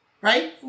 right